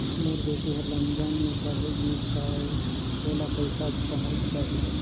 मोर बेटी हर लंदन मे पढ़े गिस हय, ओला पइसा पहुंच जाहि?